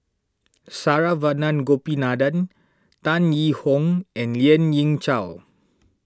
Saravanan Gopinathan Tan Yee Hong and Lien Ying Chow